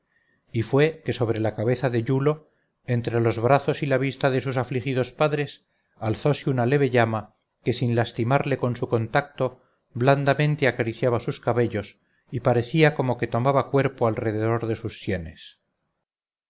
y fue que sobre la cabeza de iulo entre los brazos y a la vista de sus afligidos padres alzose una leve llama que sin lastimarle con su contacto blandamente acariciaba sus cabellos y parecía como que tomaba cuerpo alrededor de sus sienes